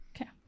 Okay